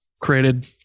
created